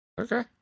Okay